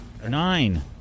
Nine